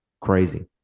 crazy